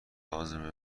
لازمه